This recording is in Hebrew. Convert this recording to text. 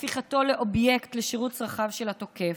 היא הפיכתו לאובייקט לשירות צרכיו של התוקף."